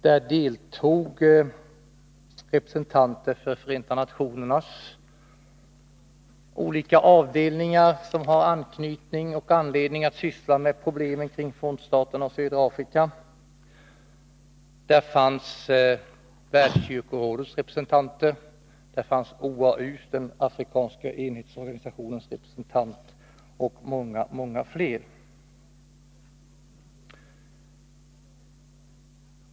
Där deltog representanter för de olika avdelningar inom Förenta nationerna som har anknytning till problemen i södra Afrika. Vidare deltog representanter för Världskyrkorådet, för den afrikanska enhetsorganisationen OAU och för många andra organ.